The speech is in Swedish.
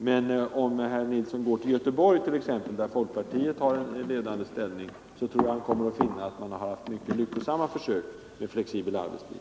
Men om herr Nilsson går till Göteborg, där folkpartiet har en ledande ställning, tror jag att han kommer att finna att man där gjort mycket lyckosamma försök med flexibel arbetstid.